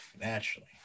naturally